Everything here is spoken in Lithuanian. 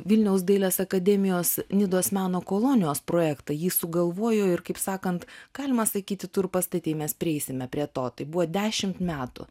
vilniaus dailės akademijos nidos meno kolonijos projektą jį sugalvojo ir kaip sakant galima sakyti tu ir pastatei mes prieisime prie to tai buvo dešimt metų